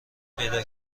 پیدا